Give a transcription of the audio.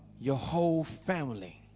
your whole family